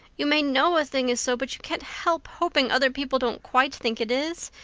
you may know a thing is so, but you can't help hoping other people don't quite think it is.